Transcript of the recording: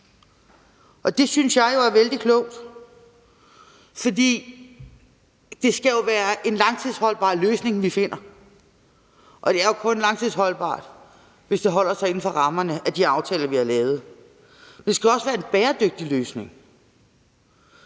det synes jeg jo er vældig klogt, for det skal være en langtidsholdbar løsning, vi finder, og det er jo kun langtidsholdbart, hvis det holder sig inden for rammerne af de aftaler, vi har lavet. Det skal også være en bæredygtig løsning.